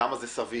כמה זה סביר,